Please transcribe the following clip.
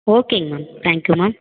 ஓகேங்க ma'am thank you ma'am